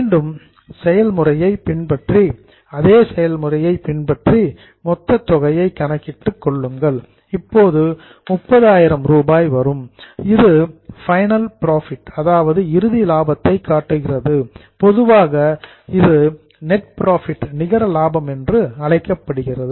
மீண்டும் அதே ப்ராசஸ் செயல்முறையை பின்பற்றி மொத்த தொகையை கணக்கிட்டு கொள்ளுங்கள் அப்போது 30000 ரூபாய் வரும் இது பைனல் புரோஃபிட் இறுதி லாபத்தை காட்டுகிறது பொதுவாக இது நெட் புரோஃபிட் நிகர லாபம் என்று அழைக்கப்படுகிறது